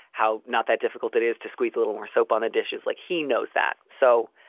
how not that difficult it is to squeeze a little more soap on the dishes like he knows that. so.